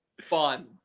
fun